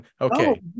Okay